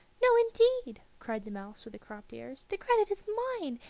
no, indeed, cried the mouse with the cropped ears the credit is mine.